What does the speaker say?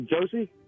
Josie